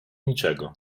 niczego